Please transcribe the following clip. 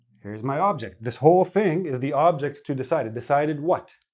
here's my object. this whole thing is the object to decided. decided what?